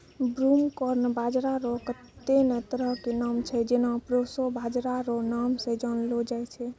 broomcorn बाजरा रो कत्ते ने तरह के नाम छै जेना प्रोशो बाजरा रो नाम से जानलो जाय छै